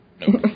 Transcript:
No